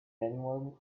anyone